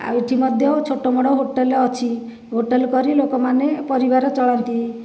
ଆଉ ଏଠି ମଧ୍ୟ ଛୋଟ ବଡ଼ ହୋଟେଲ ଅଛି ହୋଟେଲ କରି ଲୋକମାନେ ପରିବାର ଚଳାନ୍ତି